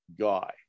guy